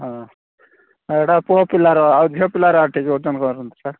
ହଁ ସେଇଟା ପୁଅ ପିଲାର ଆଉ ଝିଅ ପିଲାର କରନ୍ତୁ ସାର୍